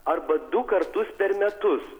arba du kartus per metus